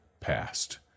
passed